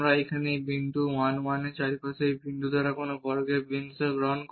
এখানে এই বিন্দু 1 1 এর চারপাশে এই বিন্দু দ্বারা এই বর্গের বিন্দু গ্রহণ করি